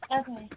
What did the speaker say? Okay